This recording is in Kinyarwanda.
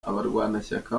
abarwanashyaka